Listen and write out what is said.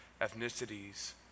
ethnicities